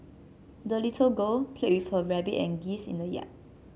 the little girl played with her rabbit and geese in the yard